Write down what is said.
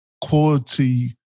quality